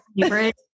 favorite